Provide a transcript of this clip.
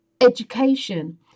education